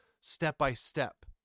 step-by-step